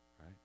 right